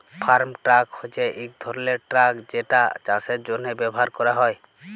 farm truck হছে ইক ধরলের ট্রাক যেটা চাষের জ্যনহে ব্যাভার ক্যরা হ্যয়